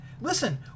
listen